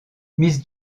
miss